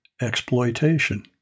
exploitation